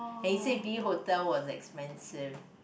and he said V hotel was expensive